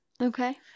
Okay